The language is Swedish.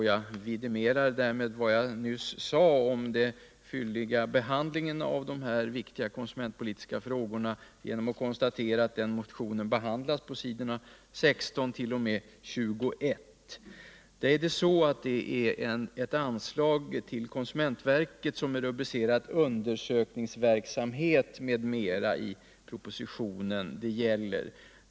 Jag vill verifiera vad jag nyss sade om den fylliga behandlingen av dessa viktiga konsumentpolitiska frågor och nämna att motionen behandlas på s. 16-21 i betänkandet. Motionen gäller ett anslag till konsumentverket som i propositionen rubriceras Undersökningsverksamhet m.m.